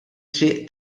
triq